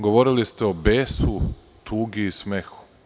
Govorili ste o besu, tugi i smehu.